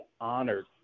honored